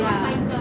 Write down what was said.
ya